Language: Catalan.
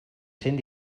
cent